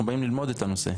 אנחנו באים ללמוד את הנושא.